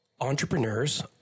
Entrepreneurs